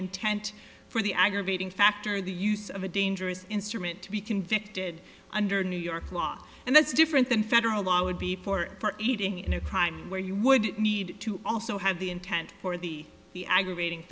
intent for the aggravating factor the use of a dangerous instrument to be convicted under new york law and that's different than federal law would be for eating in a crime where you would need to also have the intent or the the aggravating